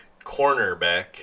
cornerback